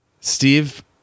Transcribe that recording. Steve